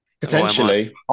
Potentially